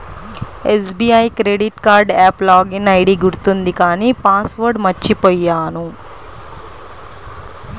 SBI credit card app login ID గుర్తుంది కానీ password మర్చిపొయ్యాను